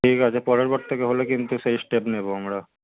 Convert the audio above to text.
ঠিক আছে পরের বার থেকে হলে কিন্তু সেই স্টেপ নেবো আমরা